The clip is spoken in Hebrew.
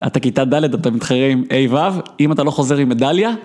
אתה כיתה ד׳, אתה מתחרה עם ה׳-ו׳, אם אתה לא חוזר עם מדליה...